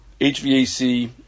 HVAC